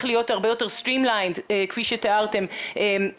להיות הרבה יותר stream lined כפי שתיארתם מהקופות,